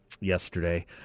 yesterday